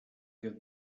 get